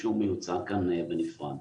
שהוא מיוצר כאן בנפרד.